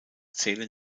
zählen